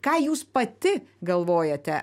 ką jūs pati galvojate